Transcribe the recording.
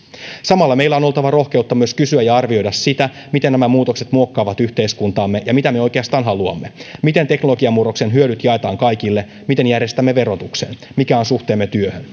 samalla meillä on oltava rohkeutta kysyä ja arvioida myös sitä miten nämä muutokset muokkaavat yhteiskuntaamme ja mitä me oikeastaan haluamme miten teknologiamurroksen hyödyt jaetaan kaikille miten järjestämme verotuksen mikä on suhteemme työhön